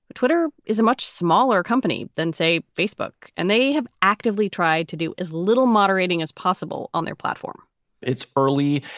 twitter is a much smaller company than, say, facebook, and they have actively tried to do as little moderating as possible on their platform it's early.